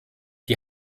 die